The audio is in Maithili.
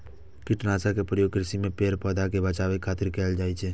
कीटनाशक के प्रयोग कृषि मे पेड़, पौधा कें बचाबै खातिर कैल जाइ छै